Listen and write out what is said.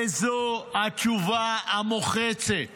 וזאת התשובה המוחצת